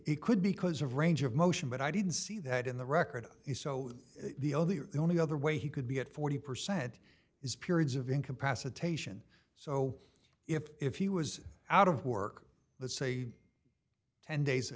it could be cause of range of motion but i didn't see that in the record is so the all the only other way he could be at forty percent is periods of incapacitation so if if he was out of work let's say ten days a